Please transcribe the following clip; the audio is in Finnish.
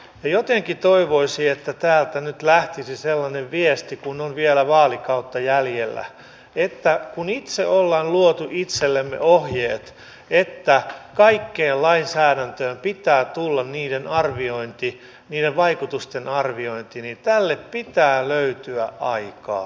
jotenkin toivoisi että täältä nyt lähtisi sellainen viesti kun on vielä vaalikautta jäljellä että kun itse olemme luoneet itsellemme ohjeet että kaikkeen lainsäädäntöön pitää tulla niiden vaikutusten arviointi niin tälle pitää löytyä aikaa